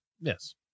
Yes